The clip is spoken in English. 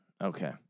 Okay